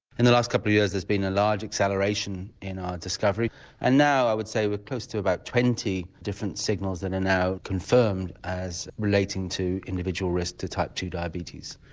in the last couple of years there's been a large acceleration in our discovery and now i would say we've close to about twenty different signals that are now confirmed as relating to individual risk to type two diabetes.